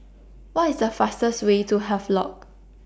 What IS The fastest Way to Havelock